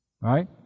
Right